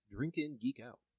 DrinkinGeekOut